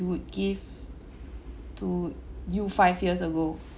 would give to you five years ago